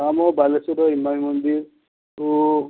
ଆମ ବାଲେଶ୍ୱରରେ ଇମାମି ମନ୍ଦିର ଓ